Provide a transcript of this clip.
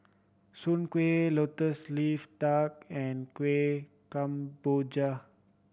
Soon Kueh Lotus Leaf Duck and Kueh Kemboja